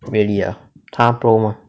maybe ah 他 pro 吗